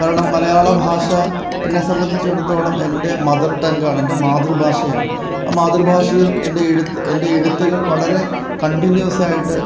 കാരണം മലയാള ഭാഷ എന്നെ സംബന്ധിച്ചെടുത്തോളം എൻ്റെ മദർടങ്കാണ് എൻ്റെ മാതൃഭാഷയാണ് ആ മാതൃഭാഷയിൽ എൻ്റെ എൻ്റെ എഴുത്തുകൾ വളരെ കണ്ടിന്യൂസായിട്ട്